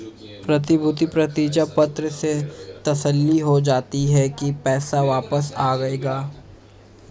प्रतिभूति प्रतिज्ञा पत्र से तसल्ली हो जाती है की पैसा वापस आएगा